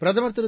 பிரதமர் திரு